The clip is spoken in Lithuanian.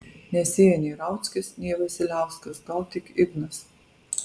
nesėja nei rauckis nei vasiliauskas gal tik ignas